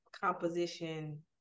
composition